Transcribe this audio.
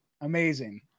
Amazing